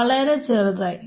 വളരെ ചെറുതായി